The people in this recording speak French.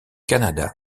canada